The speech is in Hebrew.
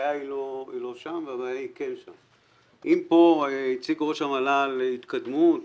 אם כאן הציג ראש המל"ל התקדמות